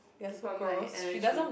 keep on my energy